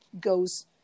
goes